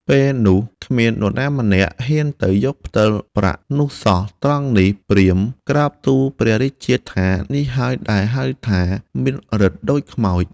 ពេលនោះ គ្មាននរណាម្នាក់ហ៊ានទៅយកផ្ដិលប្រាក់នោះសោះ ត្រង់នេះ ព្រាហ្មណ៍ ក្រាបទូលព្រះរាជាថា នេះហើយដែលហៅថា មានឫទ្ធិដូចខ្មោច។